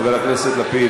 חבר הכנסת לפיד,